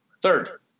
Third